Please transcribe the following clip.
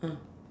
ah